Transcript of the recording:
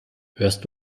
hörst